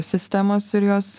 sistemos ir jos